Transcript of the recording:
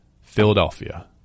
Philadelphia